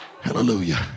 Hallelujah